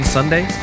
Sunday